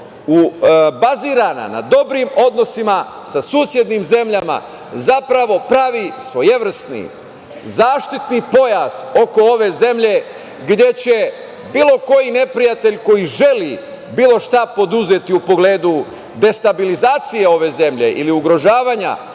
bazirana na dobrim odnosima sa susednim zemljama zapravo pravi svojevrsni zaštitni pojas oko ove zemlje gde će bilo koji neprijatelj koji želi bilo šta preduzeti u pogledu destabilizacije ove zemlje ili ugrožavanja